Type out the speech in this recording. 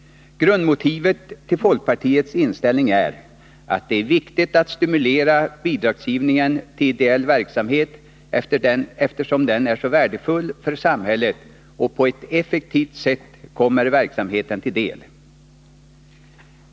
Grundmotivet till fokkpartiets inställning är att det är viktigt att stimulera bidragsgivningen till ideell verksamhet, eftersom den är värdefull för samhället och på ett effektivt sätt kommer verksamheten till del.